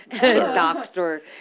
Doctor